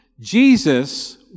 Jesus